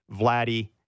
Vladdy